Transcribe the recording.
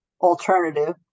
alternative